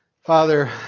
Father